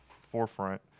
forefront